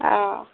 অ